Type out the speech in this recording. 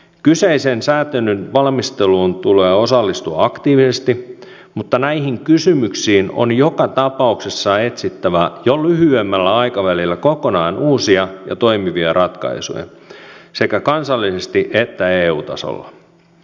kyseisen sääntelyn valmisteluun tulee osallistua aktiivisesti mutta näihin kysymyksiin on joka tapauksessa etsittävä jo lyhyemmällä aikavälillä kokonaan uusia ja toimivia ratkaisuja sekä kansallisesti että eu tasolla